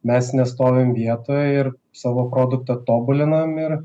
mes nestovim vietoj ir savo produktą tobulinam ir